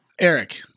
Eric